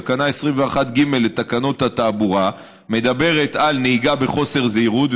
תקנה 21(ג) לתקנות התעבורה מדברת על נהיגה בחוסר זהירות.